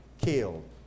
killed